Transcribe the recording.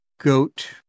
goat